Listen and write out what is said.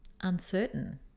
uncertain